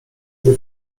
gdy